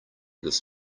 this